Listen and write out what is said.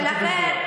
ולכן